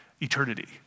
eternity